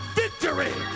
victory